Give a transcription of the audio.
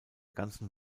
ganzen